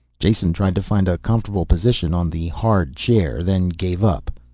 jason tried to find a comfortable position on the hard chair, then gave up.